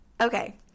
Okay